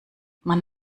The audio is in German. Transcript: man